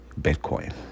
bitcoin